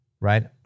right